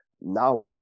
Now